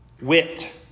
whipped